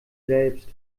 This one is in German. selbst